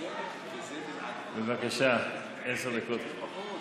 בבקשה, עשר דקות.